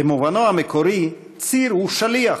במובנו המקורי, "ציר" הוא שליח.